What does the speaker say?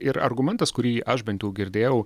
ir argumentas kurį aš bent jau girdėjau